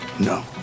No